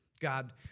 God